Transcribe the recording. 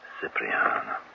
Cipriano